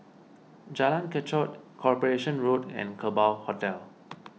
Jalan Kechot Corporation Road and Kerbau Hotel